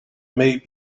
may